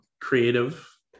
creative